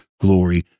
glory